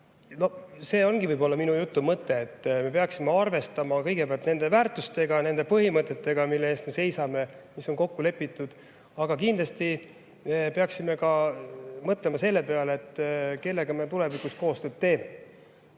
see ongi minu jutu mõte, et me peaksime arvestama kõigepealt nende väärtuste ja põhimõtetega, mille eest me seisame ja mis on kokku lepitud, aga kindlasti peaksime mõtlema ka selle peale, kellega me tulevikus koostööd teeme.